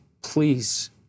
please